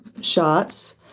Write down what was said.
shots